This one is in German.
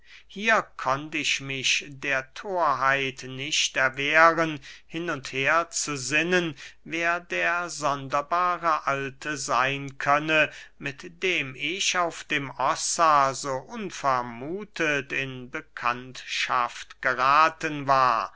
hier konnt ich mich der thorheit nicht erwehren hin und her zu sinnen wer der sonderbare alte seyn könne mit dem ich auf dem ossa so unvermuthet in bekanntschaft gerathen war